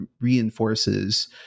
reinforces